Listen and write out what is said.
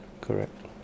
correct